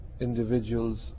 individuals